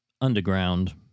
underground